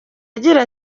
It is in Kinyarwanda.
agira